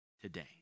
today